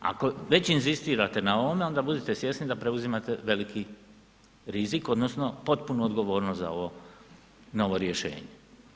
Ako već inzistirate na ovome onda budite svjesni da preuzimate veliki rizik odnosno potpunu odgovornost za ovo, na ovo rješenje.